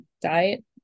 diet